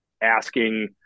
asking